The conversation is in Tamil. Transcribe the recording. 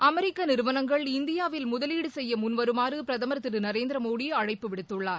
அமெரிக்க நிறுவனங்கள் இந்தியாவில் முதலீடு செய்ய முன்வருமாறு பிரதமர் திரு நரேந்திர மோடி அழைப்பு விடுத்துள்ளார்